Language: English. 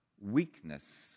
Weakness